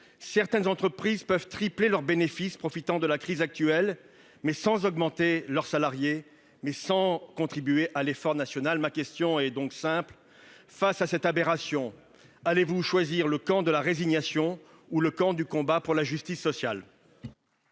certaines entreprises peuvent tripler leurs bénéfices en profitant de la crise actuelle, sans pour autant augmenter leurs salariés, sans contribuer à l'effort national. Ma question est donc simple : face à cette aberration, allez-vous choisir le camp de la résignation ou celui du combat pour la justice sociale ?